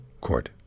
court